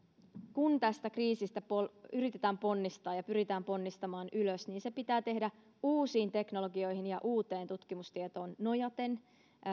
kun tästä kriisistä yritetään ponnistaa ja pyritään ponnistamaan ylös niin se pitää tehdä uusiin teknologioihin ja uuteen tutkimustietoon nojaten